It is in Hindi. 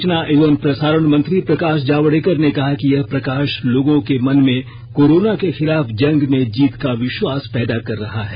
सूचना एंव प्रसारण मंत्री प्रकाष जावड़ेकर ने कहा कि यह प्रकाष लोगों के मन में कोरोना के खिलाफ जंग में जीत का विष्वास पैदा कर रहा है